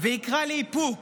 ויקרא לאיפוק,